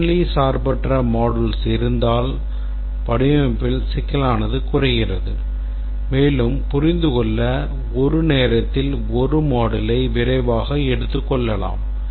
functionally சார்பற்ற modules இருந்தால் வடிவமைப்பில் சிக்கலானது குறைகிறது மேலும் புரிந்துகொள்ள ஒரு நேரத்தில் ஒரு moduleயை விரைவாக எடுத்துக்கொள்ளலாம்